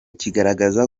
kigaragaza